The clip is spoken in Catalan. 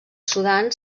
sudan